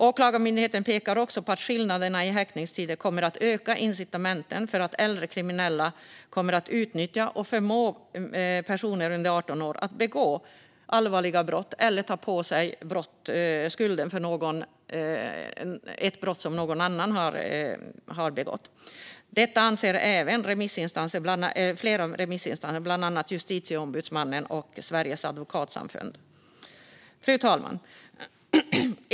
Åklagarmyndigheten pekar också på att skillnaden i häktningstider kommer att öka incitamenten för äldre kriminella att utnyttja och förmå personer under 18 år att begå allvarliga brott eller ta på sig skulden för ett brott som någon annan har begått. Detta anser även flera andra remissinstanser, bland annat Justitieombudsmannen och Sveriges advokatsamfund. Fru talman!